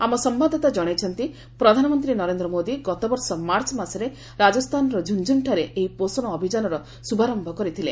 ଆମ ସମ୍ଭାଦଦାତା ଜଣାଇଛନ୍ତି ପ୍ରଧାନମନ୍ତ୍ରୀ ନରେନ୍ଦ୍ର ମୋଦି ଗତବର୍ଷ ମାର୍ଚ୍ଚ ମାସରେ ରାଜସ୍ଥାନର ଝୁନ୍ଝୁନୁଠାରେ ଏହି ପୋଷଣ ଅଭିଯାନର ଶୁଭାରମ୍ଭ କରିଥିଲେ